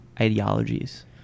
ideologies